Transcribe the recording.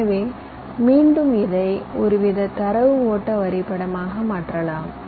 எனவே மீண்டும் இதை ஒருவித தரவு ஓட்ட வரைபடமாக மாற்றலாம்